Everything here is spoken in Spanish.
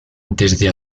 desde